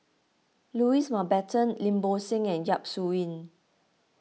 Louis Mountbatten Lim Bo Seng and Yap Su Yin